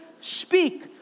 speak